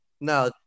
Now